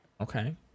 Okay